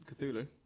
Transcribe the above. Cthulhu